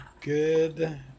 good